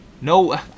no